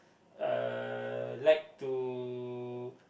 uh like to